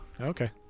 Okay